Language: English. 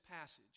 passage